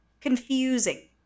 confusing